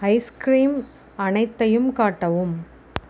ice cream அனைத்தையும் காட்டவும்